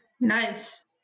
Nice